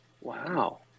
Wow